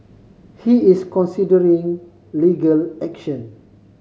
he is considering legal action